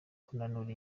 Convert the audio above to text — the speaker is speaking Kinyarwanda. kunanura